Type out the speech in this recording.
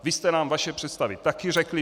Vy jste nám vaše představy taky řekli.